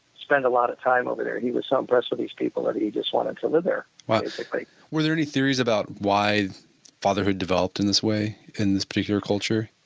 spend a lot of time over there. he was so impressed with these people that he just wanted to live there, basically were there any theories about why fatherhood developed in this way in this particular culture?